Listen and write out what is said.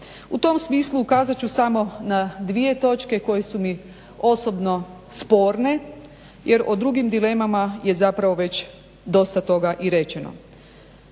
U tom smislu ukazat ću samo na dvije točke koje su mi osobno sporne jer o drugim dilemama je zapravo već dosta toga i rečeno.